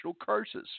curses